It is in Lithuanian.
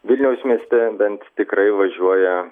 vilniaus mieste bent tikrai važiuoja